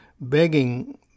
begging